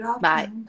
Bye